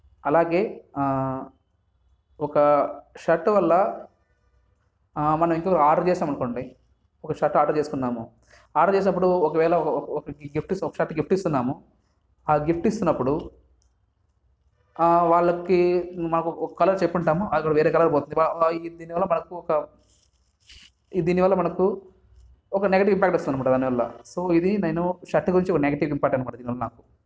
అలాగే ఒక షర్ట్ వల్ల మనం ఇంకా ఆర్డర్ చేశామనుకోండి ఒక షర్ట్ ఆర్డర్ చేసుకున్నాము ఆర్డర్ చేసినప్పుడు ఒకవేళ ఒకరికి గిఫ్ట్ ఇస్తున్నాము ఒక షర్ట్ గిఫ్ట్ ఇస్తున్నాము ఆ గిఫ్ట్ ఇస్తున్నప్పుడు వాళ్ళకి మాకు ఒక కలర్ చెప్పుంటాము వాళ్లకి వేరే కలర్ పోతుంది దీనివల్ల మనకు ఒక దీనివల్ల మనకు ఒక నెగిటివ్ ఇంపాక్ట్ వస్తుంది అన్నమాట దానివల్ల సో ఇది నేను షర్ట్ గురించి నెగిటివ్ ఇంపాక్ట్ అన్నమాట దీనివల్ల నాకు